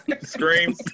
Scream